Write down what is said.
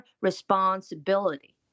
responsibility